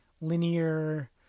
linear